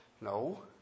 No